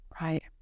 Right